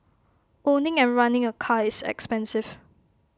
owning and running A car is expensive